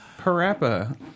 Parappa